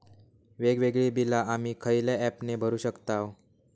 वेगवेगळी बिला आम्ही खयल्या ऍपने भरू शकताव?